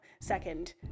second